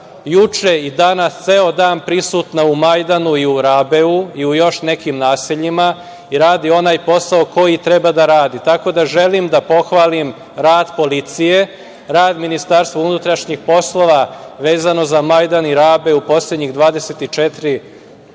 juče i danas ceo dan prisutna u Majdanu i u Rabeu i u još nekim naseljima i radi onaj posao koji treba da radi. Tako da pohvalim rad policije, rad MUP vezano za Majdan i Rabe u poslednjih 24 časa